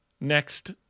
next